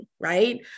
right